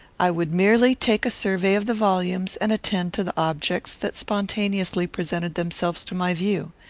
i would merely take a survey of the volumes and attend to the objects that spontaneously presented themselves to my view.